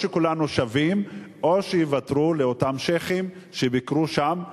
או שכולנו שווים או שיוותרו לאותם שיח'ים שביקרו שם,